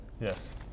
Yes